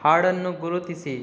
ಹಾಡನ್ನು ಗುರುತಿಸಿ